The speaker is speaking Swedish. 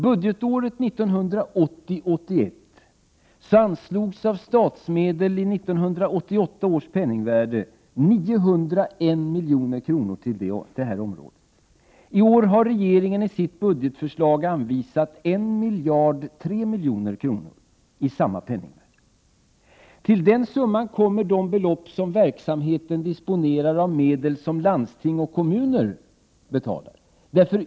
Budgetåret 1980/81 anslogs av statsmedel i 1988 års pennningvärde 901 milj.kr. till detta område. I år har regeringen i sitt budgetförslag anvisat 1 003 milj.kr. Till denna summa kommer de belopp som verksamheten disponerar av medel anslagna av landsting och kommuner.